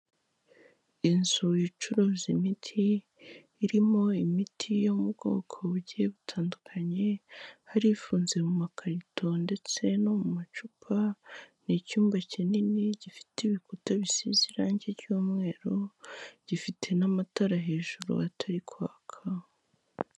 Inzu icuruza imiti, irimo imiti yo mu bwoko bugiye butandukanye, hari ifunze mu makarito ndetse no mu macupa, ni icyumba kinini gifite ibikuta bisize irange ry'umweru, gifite n'amatara hejuru atari kwaka.